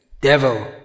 devil